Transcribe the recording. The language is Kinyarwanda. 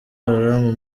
haram